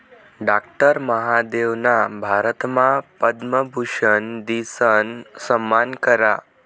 doctor महादेवना भारतमा पद्मभूषन दिसन सम्मान करा